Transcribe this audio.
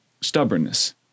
stubbornness